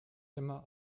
immer